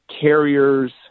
carriers –